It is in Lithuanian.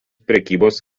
prekybos